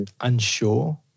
unsure